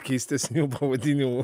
keistesnių pavadinimų